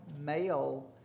male